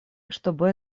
чтобы